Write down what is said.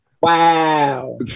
Wow